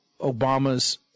Obama's